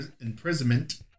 imprisonment